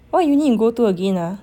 what uni you go to again ah